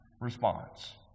response